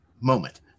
moment